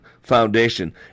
foundation